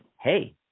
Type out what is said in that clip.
hey